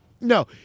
No